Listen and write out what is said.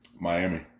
Miami